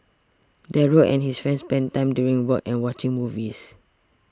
Daryl and his friends spent time doing work and watching movies